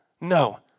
No